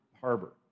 Harbor